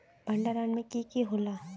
भण्डारण में की की होला?